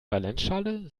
valenzschale